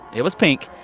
it was pink.